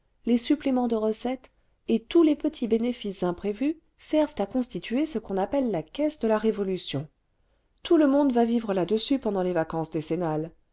les suppléments cle recettes et tous les petits bénéfices imprévus servent à constituer ce qu'on appelle la caisse de la révolution tout le cadeau au syndic de la faillite monde va vivre là-dessus pendant les vacances décennales